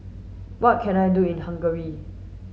what can I do in Hungary